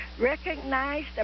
recognize